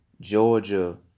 Georgia